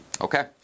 Okay